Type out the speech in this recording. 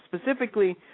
specifically